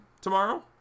tomorrow